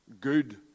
good